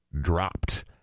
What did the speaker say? dropped